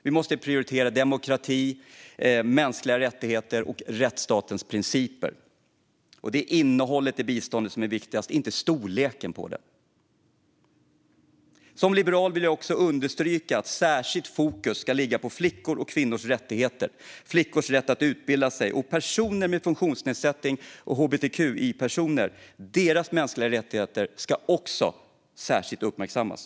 Vi måste prioritera demokrati, mänskliga rättigheter och rättsstatens principer. Det är innehållet i biståndet som är viktigast, inte storleken på det. Som liberal vill jag också understryka att särskilt fokus ska ligga på flickors och kvinnors rättigheter - flickors rätt att utbilda sig. Och de mänskliga rättigheterna för personer med funktionsnedsättning och för hbtqi-personer ska också särskilt uppmärksammas.